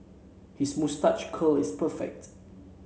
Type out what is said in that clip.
his moustache curl is perfect